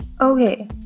Okay